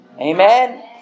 Amen